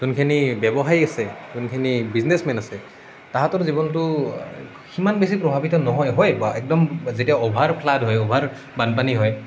যোনখিনি ব্যৱসায়ী আছে যোনখিনি বিজনেছমেন আছে তাহাঁতৰ জীৱনটো সিমান বেছি প্ৰভাৱিত নহয় হয় বা একদম যেতিয়া অ'ভাৰ ফ্লাড হয় অ'ভাৰ বানপানী হয়